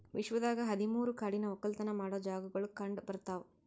ವಿಶ್ವದಾಗ್ ಹದಿ ಮೂರು ಕಾಡಿನ ಒಕ್ಕಲತನ ಮಾಡೋ ಜಾಗಾಗೊಳ್ ಕಂಡ ಬರ್ತಾವ್